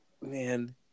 Man